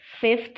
fifth